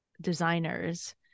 designers